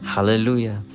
Hallelujah